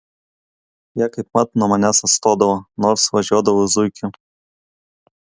jie kaip mat nuo manęs atstodavo nors važiuodavau zuikiu